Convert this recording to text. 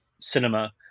cinema